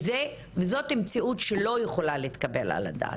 וזאת מציאות שלא יכולה להתקבל על הדעת.